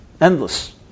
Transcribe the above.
endless